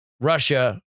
Russia